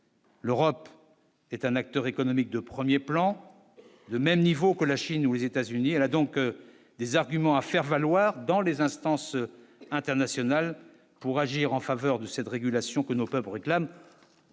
L'Europe est un acteur économique de 1er plan de même niveau que la Chine ou les États-Unis et la donc des arguments à faire valoir dans les instances internationales pour agir en faveur de cette régulation que nos clubs réclament,